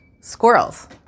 squirrels